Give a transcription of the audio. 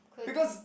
because